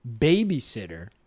babysitter